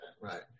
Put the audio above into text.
right